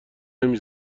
نمی